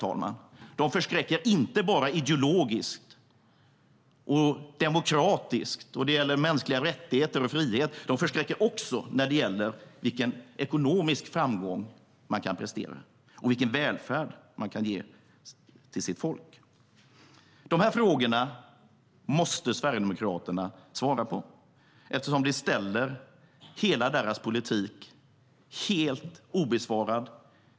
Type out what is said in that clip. De förskräcker inte bara ideologiskt, demokratiskt och när det gäller mänskliga rättigheter och friheter. De förskräcker också när det gäller vilken ekonomisk framgång man kan prestera och vilken välfärd man kan ge till sitt folk.De här frågorna om Sverigedemokraternas hela politik måste man svara på eftersom de är helt obesvarade.